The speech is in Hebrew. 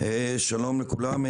שלום לכולם.